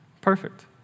perfect